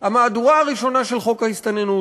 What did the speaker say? המהדורה הראשונה של חוק ההסתננות,